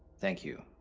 thank you.